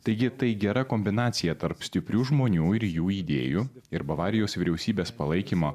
taigi tai gera kombinacija tarp stiprių žmonių ir jų idėjų ir bavarijos vyriausybės palaikymo